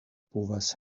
povas